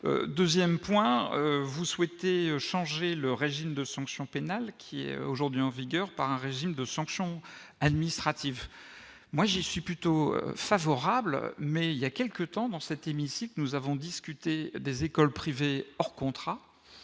2ème point vous souhaitez changer le régime de sanctions pénales qui est aujourd'hui en vigueur par un régime de sanctions administratives, moi je suis plutôt favorable, mais il y a quelques temps dans cet hémicycle, nous avons discuté des écoles privées hors contrat,